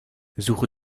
suche